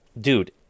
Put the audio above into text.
dude